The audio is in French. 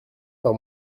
par